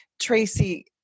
Tracy